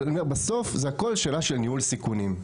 בסוף זה הכול שאלה של ניהול סיכונים.